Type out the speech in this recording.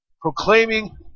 Proclaiming